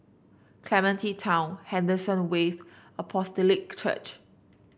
Clementi Town Henderson Wave Apostolic Church